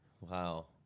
Wow